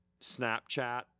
Snapchat